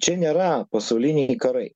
čia nėra pasauliniai karai